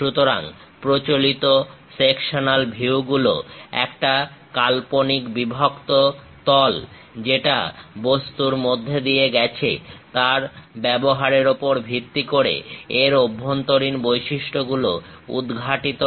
সুতরাং প্রচলিত সেকশন ভিউগুলো একটা কাল্পনিক বিভক্ত তল যেটা বস্তুর মধ্য দিয়ে গেছে তার ব্যবহারের ওপর ভিত্তি করে এর অভ্যন্তরীণ বৈশিষ্ট্যগুলো উদঘাটিত করে